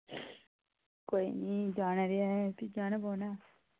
कोई नीं जाना ते है फ्ही जाना पौना